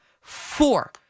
four